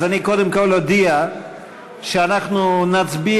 אז אני קודם כול אודיע שאנחנו נצביע